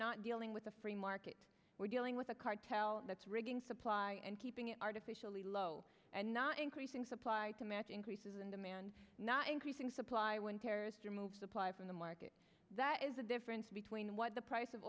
not dealing with a free market we're dealing with a cartel that's rigging supply and keeping it artificially low and not increasing supply demand increases in demand not increasing supply when terrorists are moved supply from the market that is the difference between what the price of